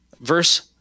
verse